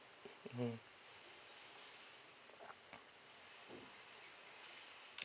mmhmm